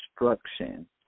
instruction